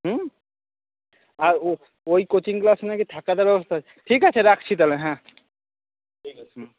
হুম আর ও ওই কোচিং ক্লাসে নাকি থাকারও ব্যবস্থা আছে ঠিক আছে রাখছি তাহলে হ্যাঁ ঠিক আছে হুম